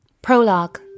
Prologue